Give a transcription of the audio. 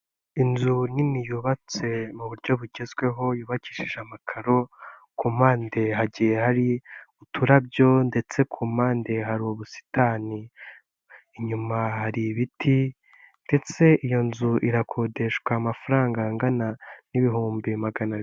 Inzu nini yubatse mu buryo bugezweho yubakishije amakaro, ku mpande hagiye hari uturabyo ndetse ku mpande hari ubusitani, inyuma hari ibiti ndetse iyo nzu irakodeshwa amafaranga angana n'ibihumbi magana abiri.